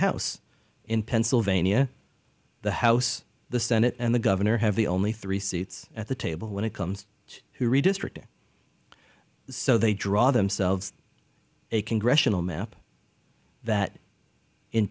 house in pennsylvania the house the senate and the governor have the only three seats at the table when it comes to who redistricting so they draw themselves a congressional map that in